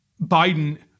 Biden